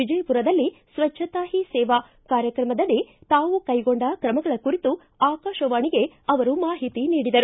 ವಿಜಯಪುರದಲ್ಲಿ ಸ್ವಚ್ಲ ತಾ ಹಿ ಸೇವಾ ಕಾರ್ಯಕ್ರಮಡಿ ತಾವು ಕೈಗೊಂಡ ಕ್ರಮಗಳ ಕುರಿತು ಆಕಾಶವಾಣಿಗೆ ಅವರು ಮಾಹಿತಿ ನೀಡಿದರು